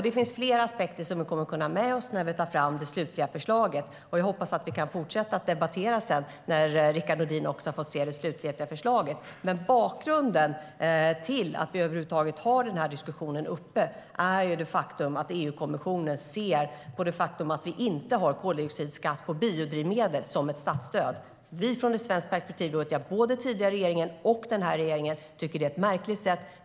Det finns flera aspekter som vi kommer att kunna ha med oss när vi tar fram det slutliga förslaget, och jag hoppas att vi kan fortsätta debattera sedan när Rickard Nordin har fått se det slutgiltiga förslaget. Men bakgrunden till att vi över huvud taget har den här diskussionen är att EU-kommissionen ser på det faktum att vi inte har koldioxidskatt på biodrivmedel som ett statsstöd. Från ett svenskt perspektiv tycker vi, både den tidigare regeringen och den här regeringen, att det är ett märkligt sätt.